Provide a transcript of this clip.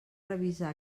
revisar